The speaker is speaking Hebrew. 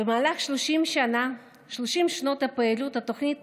במהלך 30 שנות פעילות התוכנית